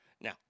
Now